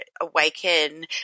Awaken